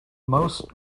most